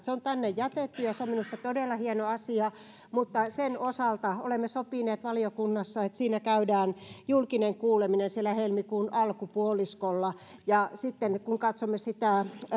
se on tänne jätetty ja se on minusta todella hieno asia mutta sen osalta olemme sopineet valiokunnassa että siinä käydään julkinen kuuleminen helmikuun alkupuoliskolla ja sitten kun katsomme sitä